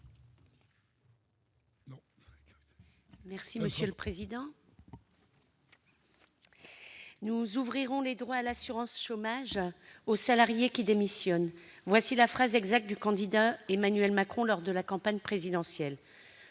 l'amendement n° 219. « Nous ouvrirons les droits à l'assurance chômage aux salariés qui démissionnent. » Voilà la phrase exacte du candidat Emmanuel Macron, lors de la campagne présidentielle.